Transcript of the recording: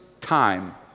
time